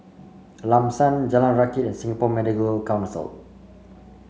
Lam San Jalan Rakit and Singapore Medical Council